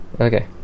Okay